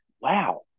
Wow